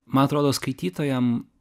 man atrodo skaitytojam